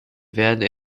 werden